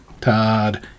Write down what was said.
todd